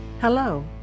Hello